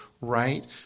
right